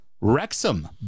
wrexham